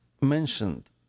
mentioned